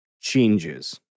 changes